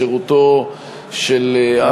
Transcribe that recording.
בשירותו של העם היהודי,